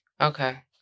Okay